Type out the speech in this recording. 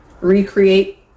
Recreate